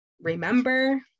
remember